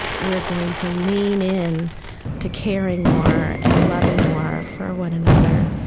we're going to lean in to caring more, and loving more for one another,